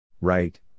Right